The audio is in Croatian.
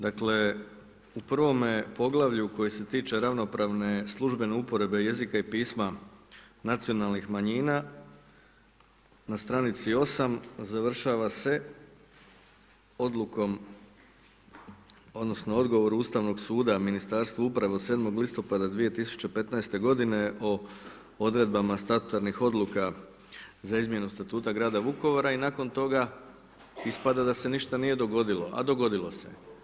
Dakle u prvome poglavlju koji se tiče ravnopravne službene uporabe jezika i pisma nacionalnih manjina, na stranici 8, završava se odlukom, odnosno, odgovor Ustavnog suda, Ministarstvu uprave od 7. listopade 2015. g. o odredbama startanih odluka za izmjenu statuta grada Vukovara i nakon toga ispada da se ništa nije dogodilo, a dogodilo se.